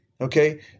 Okay